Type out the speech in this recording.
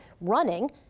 running